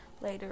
later